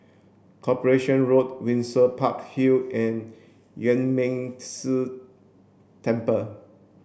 Corporation Road Windsor Park Hill and Yuan Ming Si Temple